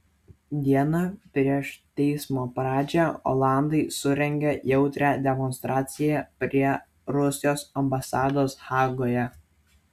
dieną prieš teismo pradžią olandai surengė jautrią demonstraciją prie rusijos ambasados hagoje